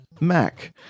Mac